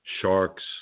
Sharks